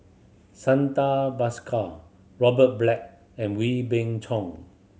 Santa Bhaskar Robert Black and Wee Bing Chong